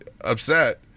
upset